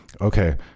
okay